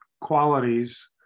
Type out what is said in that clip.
qualities